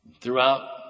throughout